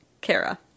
Kara